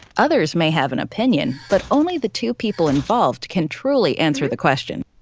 others may have an opinion, but only the two people involved can truly answer the question.